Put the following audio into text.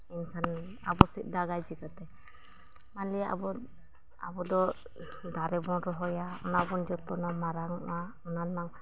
ᱮᱱᱠᱷᱟᱱ ᱟᱵᱚ ᱥᱮᱫ ᱫᱟᱜᱟᱭ ᱪᱤᱠᱟᱹᱛᱮ ᱢᱟᱱᱞᱤᱭᱟ ᱟᱵᱚ ᱟᱵᱚ ᱫᱚ ᱫᱟᱨᱮ ᱵᱚᱱ ᱨᱚᱦᱚᱭᱟ ᱚᱱᱟ ᱵᱚᱱ ᱡᱚᱛᱚᱱᱟ ᱢᱟᱨᱟᱝ ᱚᱜᱼᱟ ᱚᱱᱟ ᱨᱮᱱᱟᱜ